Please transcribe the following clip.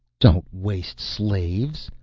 don't waste slave.